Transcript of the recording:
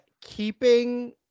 Keeping